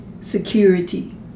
security